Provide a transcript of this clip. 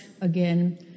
again